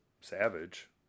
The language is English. Savage